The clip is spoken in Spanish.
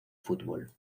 fútbol